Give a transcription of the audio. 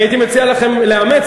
אני הייתי מציע לכם לאמץ.